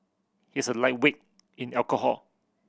he is a lightweight in alcohol